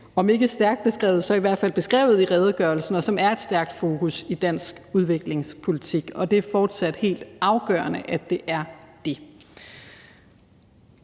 om ikke stærkt beskrevet, så i hvert fald beskrevet i redegørelsen, og som er et stærkt fokus i dansk udviklingspolitik. Og det er fortsat helt afgørende, at det er det.